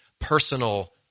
personal